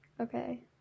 Okay